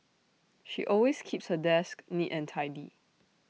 she always keeps her desk neat and tidy